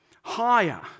higher